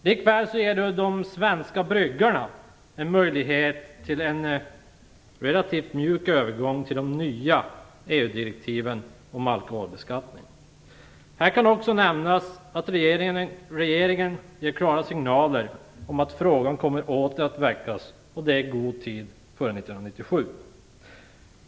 Likaså ger det de svenska bryggarna en möjlighet till en relativt mjuk övergång till de nya EU Här kan också nämnas att regeringen gett klara signaler om att frågan kommer att åter väckas i god tid före 1997.